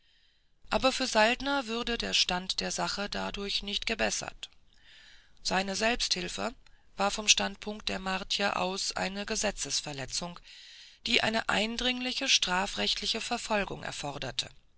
aber für saltner wurde der stand der sache dadurch nicht gebessert seine selbsthilfe war vom standpunkt der martier aus eine gesetzesverletzung die eine eindringliche strafrechtliche verfolgung erforderte